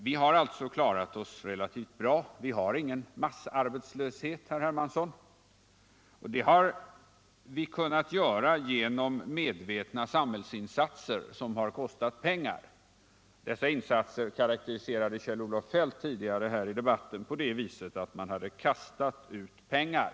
Vi har alltså klarat oss relativt bra — vi har ingen massarbetslöshet, Carl-Henrik Hermansson — och det har vi kunnat göra genom medvetna samhällsinsatser som har kostat pengar. Dessa insatser karakteriserade Kjell-Olof Feldt tidigare i debatten på det viset att man hade kastat ut pengar.